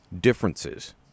differences